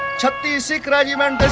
sikh regiment's